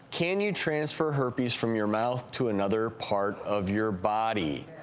can you transfer herpes from your mouth to another part of your body?